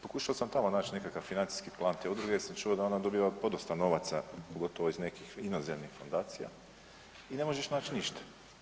Pokušao sam tamo naći nekakav financijski plan te udruge jer sam čuo da ona dobiva podosta novaca pogotovo iz nekih inozemnih fundacija i ne možeš naći ništa.